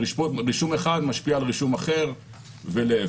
רישום אחד משפיע על רישום אחר ולהפך.